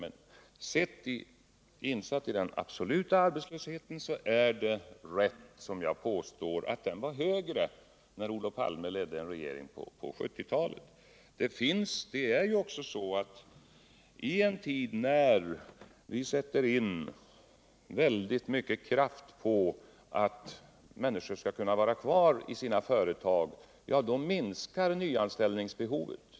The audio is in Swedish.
Men med hänsyn till den absoluta arbetslösheten är det, som iag påstår, riktigt att den var större när Olof Palme ledde regeringen på 1970-talet. I en tid när vi sätter in väldigt mycken kraft på att låta människor få vara kvar inom sina företag minskas nyanställningsbehovet.